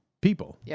people